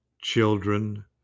children